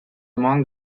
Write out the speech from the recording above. among